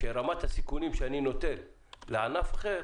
שרמת הסיכונים שאני נותן לענף אחר,